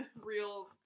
Real